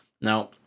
now